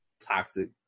toxic